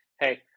hey